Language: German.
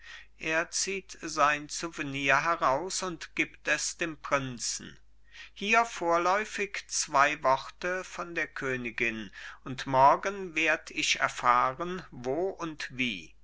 er zieht sein souvenir heraus und gibt es dem prinzen hier vorläufig zwei worte von der königin und morgen werd ich erfahren wo und wie